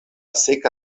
seka